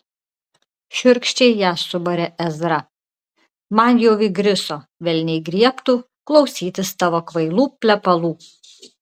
šiurkščiai ją subarė ezra man jau įgriso velniai griebtų klausytis tavo kvailų plepalų